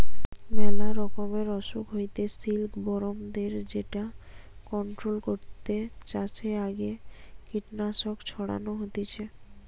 মেলা রকমের অসুখ হইতে সিল্কবরমদের যেটা কন্ট্রোল করতে চাষের আগে কীটনাশক ছড়ানো হতিছে